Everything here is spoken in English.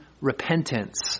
repentance